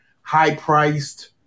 high-priced